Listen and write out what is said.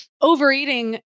overeating